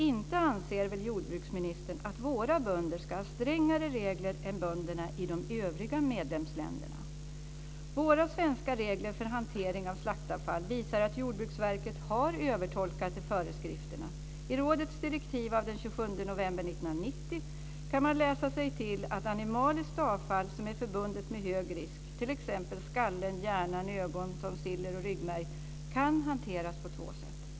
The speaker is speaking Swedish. Inte anser väl jordbruksministern att våra bönder ska ha strängare regler än bönderna i de övriga medlemsländerna? Våra svenska regler för hantering av slaktavfall visar att Jordbruksverket har övertolkat föreskrifterna. I rådets direktiv av den 27 november 1990 kan man läsa sig till att animaliskt avfall som är förbundet med hög risk, t.ex. skallen, hjärnan, ögon, tonsiller och ryggmärg, kan hanteras på två sätt.